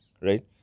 right